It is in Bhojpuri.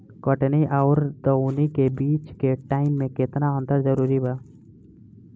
कटनी आउर दऊनी के बीच के टाइम मे केतना अंतर जरूरी बा?